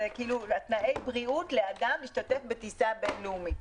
תנאי הבריאות לאדם שמשתתף בטיסה בין לאומית.